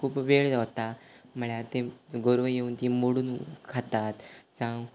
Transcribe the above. खूब वेळ वता म्हळ्यार तें गोरूं येवन तीं मोडून खातात जावं